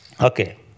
Okay